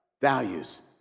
values